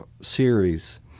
series